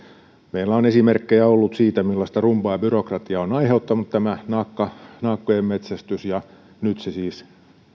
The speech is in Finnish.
meillä on esimerkkejä ollut siitä millaista rumbaa ja byrokratiaa on on aiheuttanut tämä naakkojen metsästys ja nyt